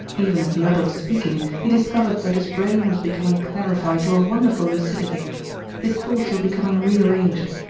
even as the other was speaking he discovered that his brain was becoming clarified to a wonderful lucidity his thoughts were becoming rearranged,